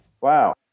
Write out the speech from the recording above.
Wow